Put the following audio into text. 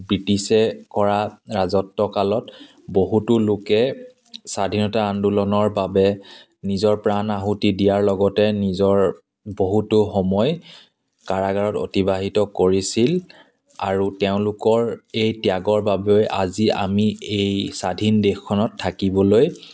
ব্ৰিটিছে কৰা ৰাজত্ব কালত বহুতো লোকে স্বাধীনতা আন্দোলনৰ বাবে নিজৰ প্ৰাণ আহুতি দিয়াৰ লগতে নিজৰ বহুতো সময় কাৰাগাৰত অতিবাহিত কৰিছিল আৰু তেওঁলোকৰ এই ত্যাগৰ বাবেই আজি আমি এই স্বাধীন দেশখনত থাকিবলৈ